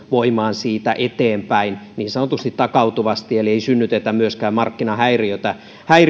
voimaan siitä eteenpäin niin sanotusti takautuvasti eli ei synnytetä myöskään markkinahäiriötä